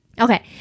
Okay